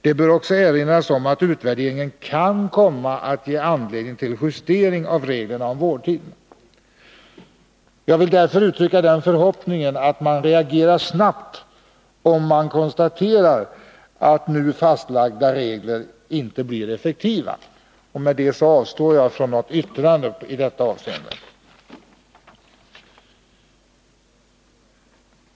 Det bör också erinras om att utvärderingen kan komma att ge anledning till justering av reglerna om vårdtiderna.” Jag vill därför uttrycka förhoppningen att man reagerar snabbt om man konstaterar att nu fastlagda regler inte blir effektiva. Med detta avstår jag från något yrkande i detta avseende.